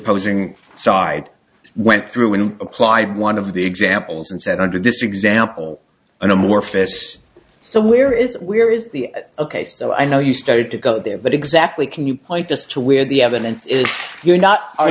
posing side went through and applied one of the examples and said under this example an amorphous so where is where is the ok so i know you started to go there but exactly can you point us to where the evidence is you're not